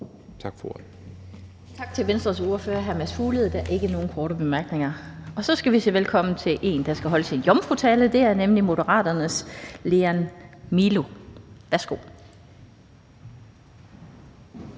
Lind): Tak til Venstres ordfører, hr. Mads Fuglede. Der er ikke nogen korte bemærkninger. Så skal vi sige velkommen til en, der skal holde sin jomfrutale. Det er nemlig Moderaternes Lean Milo. Det